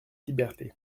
liberté